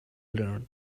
learn